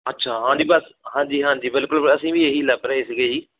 ਅੱਛਾ ਹਾਂਜੀ ਬਸ ਹਾਂਜੀ ਹਾਂਜੀ ਬਿਲਕੁਲ ਅਸੀਂ ਵੀ ਇਹੀ ਲੱਭ ਰਹੇ ਸੀਗੇ ਜੀ